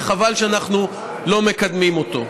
וחבל שאנחנו לא מקדמים אותו.